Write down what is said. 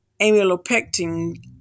amylopectin